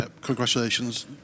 Congratulations